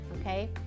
okay